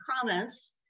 comments